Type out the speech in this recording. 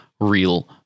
real